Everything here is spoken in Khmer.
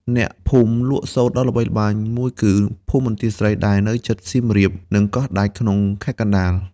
ភូមិអ្នកលក់សូត្រដ៏ល្បីល្បាញមួយគឺ ភូមិបន្ទាយស្រី ដែលនៅជិតសៀមរាប និង កោះដាច់ ក្នុងខេត្តកណ្តាល។